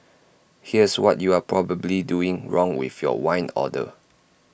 here's what you are probably doing wrong with your wine order